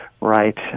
right